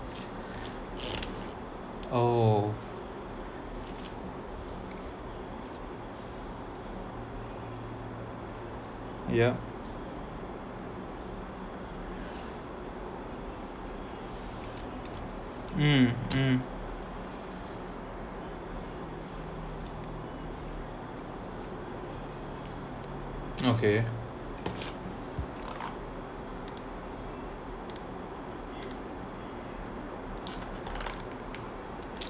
oh yeah mm mm okay